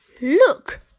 Look